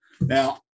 Now-